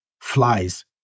flies